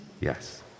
Yes